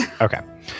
Okay